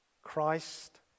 Christ